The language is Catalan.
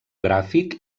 gràfic